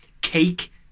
cake